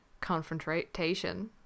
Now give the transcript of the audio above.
confrontation